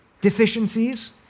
deficiencies